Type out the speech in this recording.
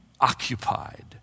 occupied